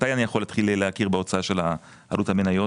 מתי אני יכול להתחיל להכיר בהוצאה של עלות המניות?